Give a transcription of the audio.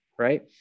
right